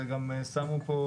ואת יכולה לקרוא שגם שמו פה